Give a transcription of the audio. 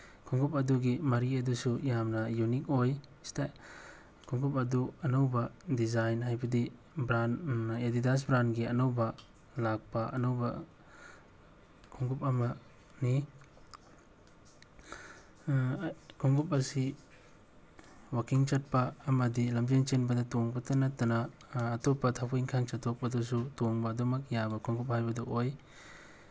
ꯈꯣꯡꯎꯨꯞ ꯑꯗꯨꯒꯤ ꯃꯔꯤ ꯑꯗꯨꯁꯨ ꯌꯥꯝꯅ ꯌꯨꯅꯤꯛ ꯑꯣꯏ ꯈꯣꯡꯎꯨꯞ ꯑꯗꯨ ꯑꯅꯧꯕ ꯗꯤꯖꯥꯏꯟ ꯍꯥꯏꯕꯗꯤ ꯕ꯭ꯔꯥꯟ ꯑꯦꯗꯤꯗꯥꯁ ꯕ꯭ꯔꯥꯟꯒꯤ ꯑꯅꯧꯕ ꯂꯥꯛꯄ ꯑꯅꯧꯕ ꯈꯣꯡꯎꯨꯞ ꯑꯃꯅꯤ ꯈꯣꯡꯎꯨꯞ ꯑꯁꯤ ꯋꯥꯀꯤꯡ ꯆꯠꯄ ꯑꯃꯗꯤ ꯂꯝꯖꯦꯜ ꯆꯦꯟꯕꯗ ꯇꯣꯡꯕꯇ ꯅꯠꯇꯅ ꯑꯇꯣꯞꯞ ꯊꯕꯛ ꯏꯟꯈꯥꯡ ꯆꯠꯊꯣꯛꯄꯗꯁꯨ ꯇꯣꯡꯕ ꯑꯗꯨꯃꯛ ꯌꯥꯕ ꯈꯣꯡꯎꯨꯞ ꯍꯥꯏꯕꯗꯨ ꯑꯣꯏ